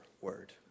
word